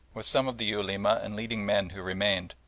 with some of the ulema and leading men who remained,